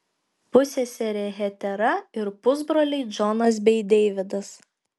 pusseserė hetera ir pusbroliai džonas bei deividas